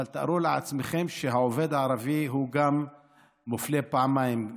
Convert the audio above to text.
אבל תארו לעצמכם שהעובד הערבי מופלה פעמיים,